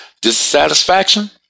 dissatisfaction